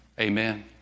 Amen